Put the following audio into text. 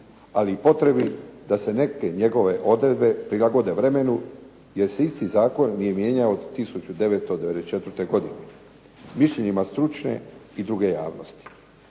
ali i potrebi da se neke njegove odredbe prilagode vremenu, jer se isti zakon nije mijenjao od 1994. godine mišljenjima stručne i druge javnosti.